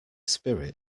spirit